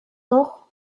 noch